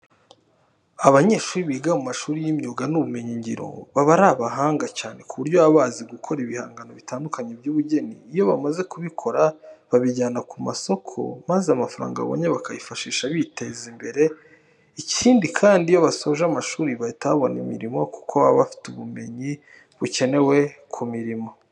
Abanyeshuri biga mu mashuri y'imyuga n'ubumenyingiro baba ari abahanga cyane ku buryo baba bazi gukora ibihangano bitandukanye by'ubugeni. Iyo bamaze kubikora babijyana ku masoko maza amafaranga babonye bakayifashisha biteza imbere. Ikindi kandi, iyo basoje amashuri bahita babona imirimo kuko baba bafite ubumenyi bukenewe ku murimo.